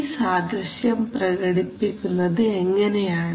ഈ സാദൃശ്യം പ്രകടിപ്പിക്കുന്നത് എങ്ങനെയാണ്